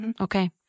Okay